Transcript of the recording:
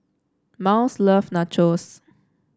Myles love Nachos